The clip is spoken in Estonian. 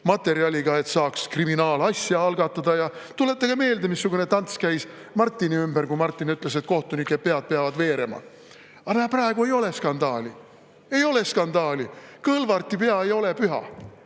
põhjal] saaks kriminaalasja algatada. Tuletage meelde, missugune tants käis Martini ümber, kui ta ütles, et kohtunike pead peavad veerema. Aga praegu ei ole skandaali. Ei ole skandaali! Kõlvarti pea ei ole püha.